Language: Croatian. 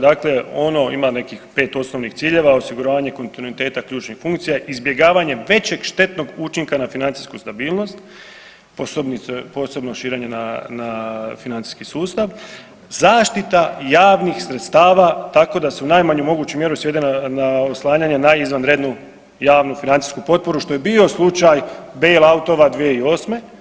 Dakle, ono ima nekih pet osnovnih ciljeva osiguranje kontinuiteta ključnih funkcija, izbjegavanje većeg štetnog učinka na financijsku stabilnost posebno širenje na financijski sustav, zaštita javnih sredstava tako da se u najmanju mogu mjeru svede na oslanjanje na izvanrednu javnu financijsku potporu što je bio slučaj bailoutova 2008.